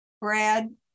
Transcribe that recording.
Brad